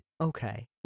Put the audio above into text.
Okay